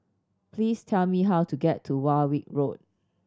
please tell me how to get to Warwick Road